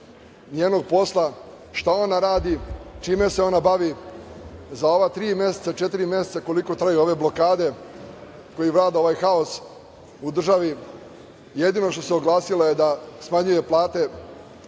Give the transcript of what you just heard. njenog posla, šta ona radi, čime se ona bavi? Za ova tri, četiri meseca koliko traju ove blokade, gde vlada ovaj haos u državi, jedino što se oglasila je da smanjuje plate